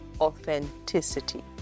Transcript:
authenticity